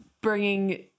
bringing